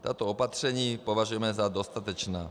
Tato opatření považujeme za dostatečná.